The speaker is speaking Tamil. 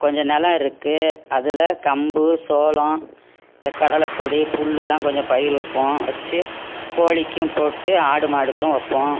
கொஞ்ச நிலம் இருக்கு அதில் கம்பு சோளம் இந்த கடலைக்கொடி புல்லுலாம் கொஞ்ச பயிர் வைப்போம் வச்சி கோழிக்கும் போட்டு ஆடு மாடுக்கும் வைப்போம்